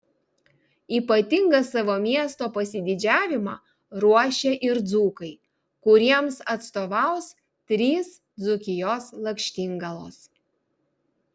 ypatingą savo miesto pasididžiavimą ruošia ir dzūkai kuriems atstovaus trys dzūkijos lakštingalos